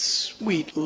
sweet